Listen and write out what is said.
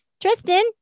Tristan